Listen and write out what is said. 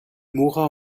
mourra